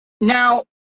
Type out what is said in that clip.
Now